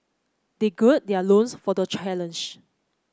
they gird their loins for the challenge